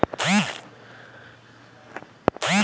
मसूर की सिंचाई के लिए किस मोटर का उपयोग कर सकते हैं?